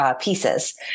pieces